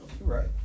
Right